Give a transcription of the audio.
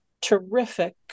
terrific